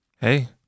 hey